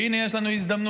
והינה, יש לנו הזדמנות.